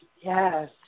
Yes